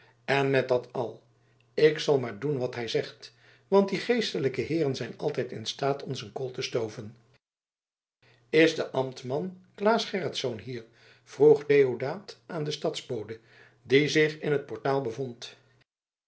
en met dat al ik zal maar doen wat hij zegt want die geestelijke heeren zijn altijd in staat ons een kool te stoven is de ambtman claes gerritsz hier vroeg deodaat aan den stadsbode die zich in t portaal bevond